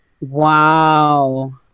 Wow